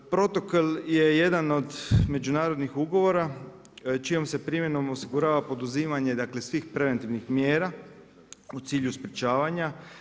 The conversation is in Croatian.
Protokol je jedan od međunarodnih ugovora, čijom se primjenom osigurava poduzimanje dakle, svih preventivnih mjera u cilju sprječavanja.